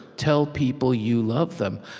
tell people you love them.